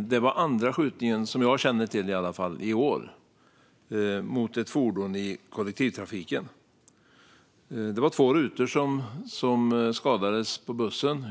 Det var den andra skjutningen - i alla fall vad jag känner till - i år mot ett fordon i kollektivtrafiken. Det var två rutor som skadades på bussen.